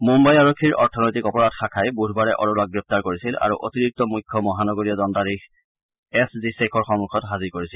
মুঘাই আৰক্ষীৰ অৰ্থনৈতিক অপৰাধ শাখাই বুধবাৰে আৰোৰাক গ্ৰেপ্তাৰ কৰিছিল আৰু অতিৰিক্ত মুখ্য মহানগৰীয় দণ্ডাধীশ এছ জি শ্বেখৰ সন্মুখত হাজিৰ কৰিছিল